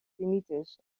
tinnitus